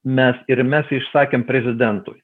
mes ir mes išsakėm prezidentui